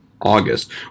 August